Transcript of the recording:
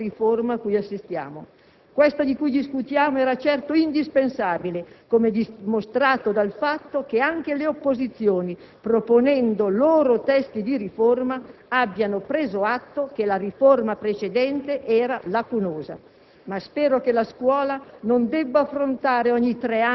Da allora ad oggi, in soli dieci anni, questa è la terza riforma a cui assistiamo. Questa della quale discutiamo era certo indispensabile, come dimostrato dal fatto che anche le opposizioni, proponendo loro testi di riforma, abbiano preso atto che la riforma precedente era lacunosa.